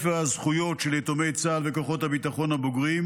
הזכויות של יתומי צה"ל וכוחות הביטחון הבוגרים,